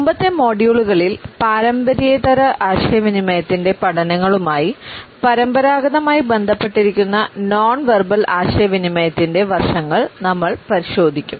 മുമ്പത്തെ മൊഡ്യൂളുകളിൽ പാരമ്പര്യേതര ആശയവിനിമയത്തിന്റെ പഠനങ്ങളുമായി പരമ്പരാഗതമായി ബന്ധപ്പെട്ടിരിക്കുന്ന നോൺ വെർബൽ ആശയവിനിമയത്തിന്റെ വശങ്ങൾ നമ്മൾ പരിശോധിക്കും